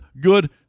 good